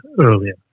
earlier